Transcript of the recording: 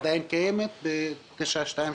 עדיין קיימת ב-922,